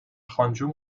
خانجون